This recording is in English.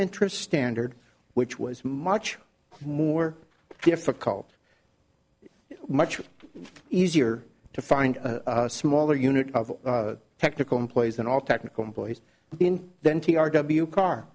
interest standard which was much more difficult much easier to find a smaller unit of technical employees than all technical employees in then t r w car